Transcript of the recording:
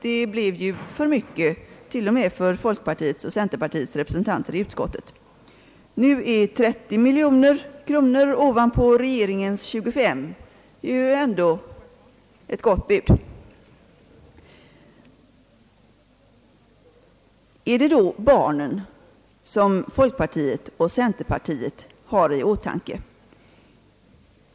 Det blev ju för mycket till och med för folkpartiets och centerpartiets representanter i utskottet. 30 miljoner kronor ovanpå regeringens 25 miljoner är ändå ett gott bud. Är det då barnen som folkpartiet och centerpartiet har i åtanke?